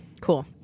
cool